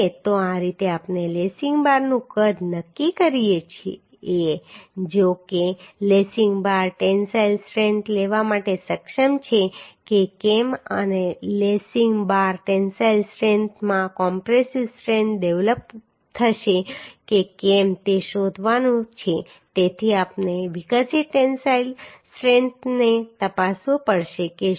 તો આ રીતે આપણે લેસિંગ બારનું કદ નક્કી કરીએ છીએ જો કે લેસિંગ બાર ટેન્સાઈલ સ્ટ્રેન્થ લેવા માટે સક્ષમ છે કે કેમ અને લેસિંગ બાર ટેન્સાઈલ સ્ટ્રેન્થમાં કોમ્પ્રેસિવ સ્ટ્રેન્થ ડેવલપ થશે કે કેમ તે શોધવાનું છે તેથી આપણે વિકસિત ટેન્સાઈલ સ્ટ્રેન્થને તપાસવું પડશે કે શું